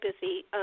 busy